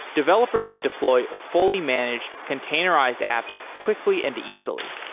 developers can deploy fully managed containerized apps quickly and easily.